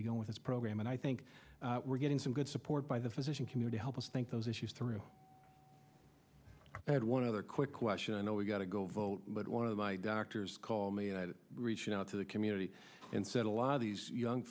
be going with this program and i think we're getting some good support by the physician community help us think those issues through add one other quick question oh we've got to go vote but one of my doctors called me reaching out to the community and said a lot of these young